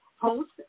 host